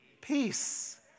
peace